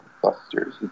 clusters